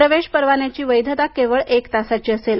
प्रवेश परवान्याची वैधता केवळ एक तासाची असेल